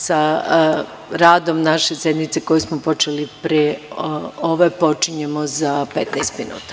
Sa radom naše sednice koju smo počeli pre ove počinjemo za 15 minuta.